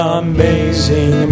amazing